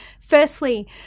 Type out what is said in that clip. Firstly